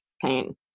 pain